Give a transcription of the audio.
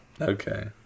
Okay